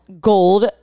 gold